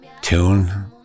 tune